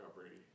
Brady